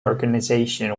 organization